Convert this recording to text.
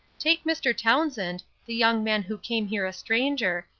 take mr. townsend, the young man who came here a stranger,